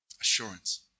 Assurance